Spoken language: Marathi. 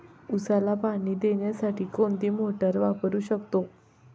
उसाला पाणी देण्यासाठी कोणती मोटार वापरू शकतो?